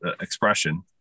expression